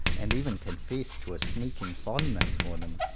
and even confess to a sneaking fondness for them.